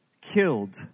killed